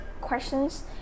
questions